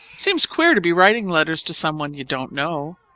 it seems queer to be writing letters to somebody you don't know.